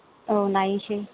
औ नायनोसै